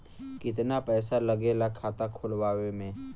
कितना पैसा लागेला खाता खोलवावे में?